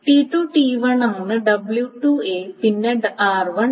T2T1 ആണ് w2 പിന്നെ r1